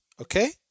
Okay